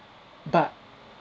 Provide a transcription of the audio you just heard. but